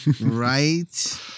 Right